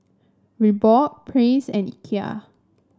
Reebok Praise and Ikea